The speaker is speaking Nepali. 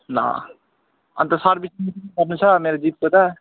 ल अन्त सर्विसिङ पनि गर्नु छ मेरो जिपको त